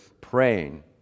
praying